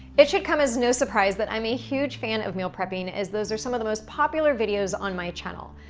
it should come as no surprise that i'm a huge fan of meal prepping, as those are some of the most popular videos on my channel.